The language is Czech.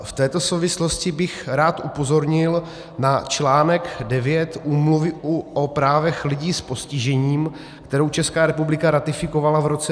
V této souvislosti bych rád upozornil na článek devět Úmluvy o právech lidí s postižením, kterou Česká republika ratifikovala v roce 2009.